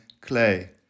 clay